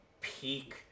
peak